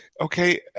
Okay